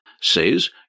says